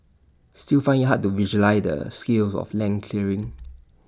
still find IT hard to visualise the scale of land clearing